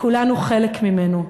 כולנו חלק ממנו,